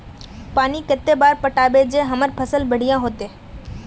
पानी कते बार पटाबे जे फसल बढ़िया होते?